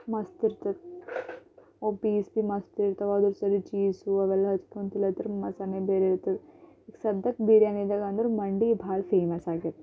ಮಸ್ತಿರ್ತದ ಅದು ಪೀಸ್ ಬಿ ಮಸ್ತಿರ್ತದ ಅದ್ರಲ್ಲಿ ಸಲಿ ಚೀಸು ಅವೆಲ್ಲ ಅದ್ರ ಮಝಾನೇ ಬೇರೆ ಇರ್ತದ ಈಗ ಸಧ್ಯಕ್ ಬಿರಿಯಾನಿಗಳಂದ್ರ ಮಂಡಿ ಭಾಳ ಫೇಮಸ್ಸಾಗೈತ್